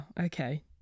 okay